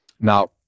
Now